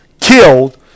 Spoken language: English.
killed